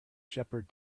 shepherd